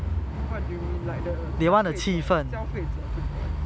what do you mean like the 消费者消费者不管